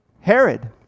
Herod